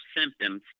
symptoms